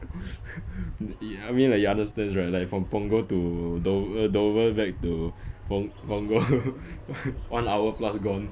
i~ I mean like you understands right like from punggol to dover dover back to pung~ punggol one hour plus gone